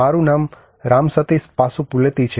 મારું નામ રામ સતીશ પાસપુલેતી છે